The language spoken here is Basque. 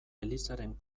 elizaren